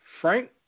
Frank